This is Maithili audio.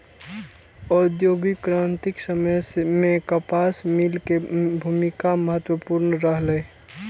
औद्योगिक क्रांतिक समय मे कपास मिल के भूमिका महत्वपूर्ण रहलै